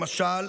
למשל,